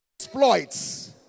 exploits